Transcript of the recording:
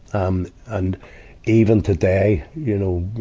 um and even today, you know,